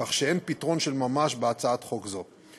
כך שאין פתרון של ממש בהצעת חוק זו.